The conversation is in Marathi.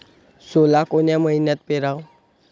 सोला कोन्या मइन्यात पेराव?